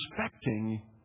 respecting